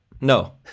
No